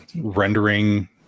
rendering